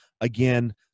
Again